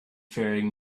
faring